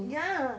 ya